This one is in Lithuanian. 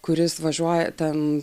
kuris važiuoja ten